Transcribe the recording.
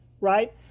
right